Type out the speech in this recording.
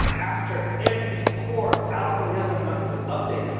after every core algorithm update,